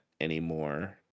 anymore